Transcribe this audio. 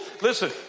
Listen